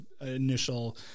initial